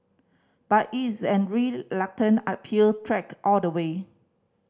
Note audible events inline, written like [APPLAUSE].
but it is an [UNINTELLIGIBLE] uphill trek all the way